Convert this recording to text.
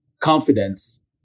confidence